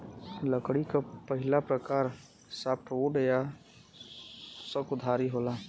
लकड़ी क पहिला प्रकार सॉफ्टवुड या सकुधारी होला